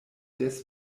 des